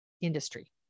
industry